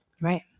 Right